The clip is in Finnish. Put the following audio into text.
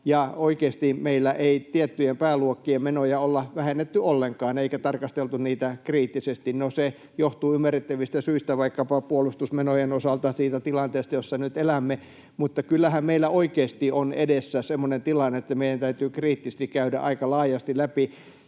oikeasti tiettyjen pääluokkien menoja ei ole vähennetty ollenkaan eikä tarkasteltu niitä kriittisesti. No, se johtuu ymmärrettävistä syistä, vaikkapa puolustusmenojen osalta siitä tilanteesta, jossa nyt elämme. Mutta kyllähän meillä oikeasti on edessä semmoinen tilanne, että meidän täytyy kriittisesti käydä aika laajasti läpi